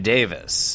Davis